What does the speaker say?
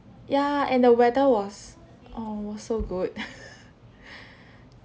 ya and the weather was uh was so good